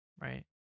right